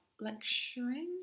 lecturing